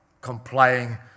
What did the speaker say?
complying